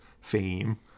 fame